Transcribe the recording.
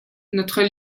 notre